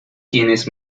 tienes